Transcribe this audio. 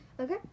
Okay